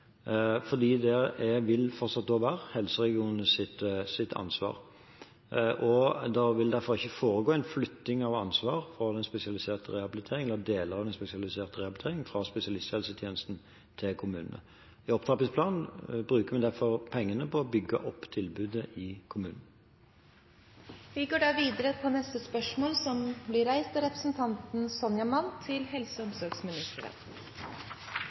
fordi det vil fortsette å være helseregionenes ansvar. Det vil derfor ikke foregå en flytting av ansvar for den spesialiserte rehabiliteringen eller deler av den spesialiserte rehabiliteringen fra spesialisthelsetjenesten til kommunene. I opptrappingsplanen bruker vi derfor pengene på å bygge opp tilbudet i kommunene. «Ifølge Helse- og omsorgsdepartementet vil det være behov for til sammen 9 200 dagaktivitetsplasser for hjemmeboende personer med demens innen 2020. Helse- og